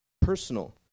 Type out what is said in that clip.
personal